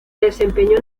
desempeñó